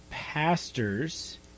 pastors